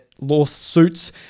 lawsuits